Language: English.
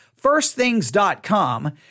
firstthings.com